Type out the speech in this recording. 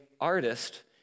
artist